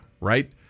right